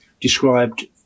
described